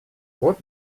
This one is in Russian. вот